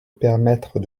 permettre